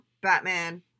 Batman